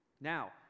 Now